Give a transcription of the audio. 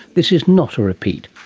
this is not a repeat,